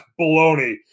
baloney